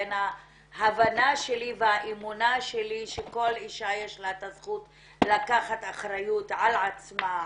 בין ההבנה שלי והאמונה שלי שלכל אישה יש את הזכות לקחת אחריות על עצמה,